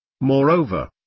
Moreover